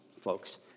folks